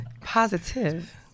Positive